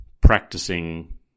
practicing